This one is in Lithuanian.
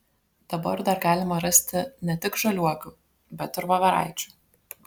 dabar dar galima rasti ne tik žaliuokių bet ir voveraičių